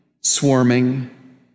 swarming